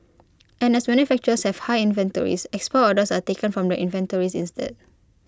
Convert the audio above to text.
and as manufacturers have high inventories export orders are taken from the inventories instead